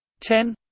ten